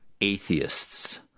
atheists